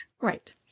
Right